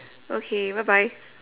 okay bye bye